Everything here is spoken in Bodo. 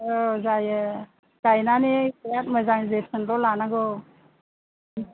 औ जायो गाइनानै बिराद मोजां जोथोनल' लानांगौ